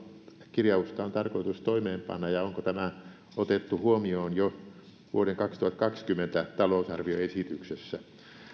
kirjausta on tarkoitus toimeenpanna ja onko tämä otettu huomioon jo vuoden kaksituhattakaksikymmentä talousarvioesityksessä